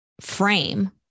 frame